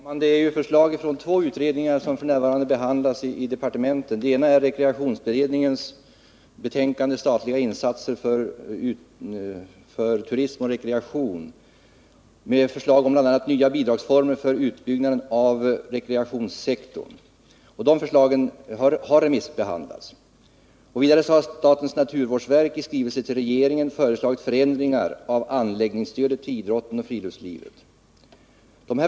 Herr talman! Det är förslag från två utredningar som f.n. bereds i departementet. Det ena är rekreationsberedningens förslag om bl.a. nya bidragsformer för utbyggnaden för rekreationssektorn, som framläggs i betänkandet Statliga insatser för turism och rekreation. De förslagen har remissbehandlats. Vidare har statens naturvårdsverk i skrivelse till regeringen föreslagit förändringar av anläggningsstödet till idrotten och friluftslivet.